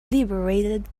liberated